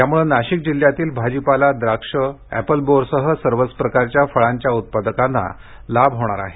त्यामुळे नाशिक जिल्ह्यातील भाजीपाला द्राक्ष एपल बोरसह सर्वच प्रकारच्या फळांच्या उत्पादकांना लाभ होणार आहे